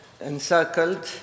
encircled